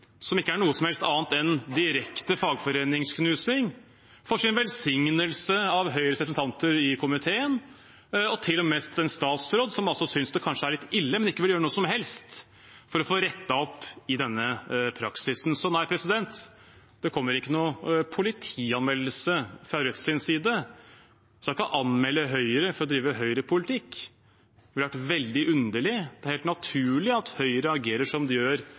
som ikke er noe som helst annet enn direkte fagforeningsknusing, får velsignelse av Høyres representanter i komiteen og til og med av en statsråd som synes det er litt ille, men som ikke vil gjøre noe som helst for å få rettet opp i denne praksisen. Så nei, det kommer ikke noe politianmeldelse fra Rødts side. Vi skal ikke anmelde Høyre for å drive Høyre-politikk. Det ville vært veldig underlig. Det er helt naturlig at Høyre agerer som de gjør